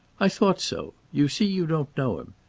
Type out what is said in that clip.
i thought so. you see you don't know him.